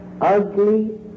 ugly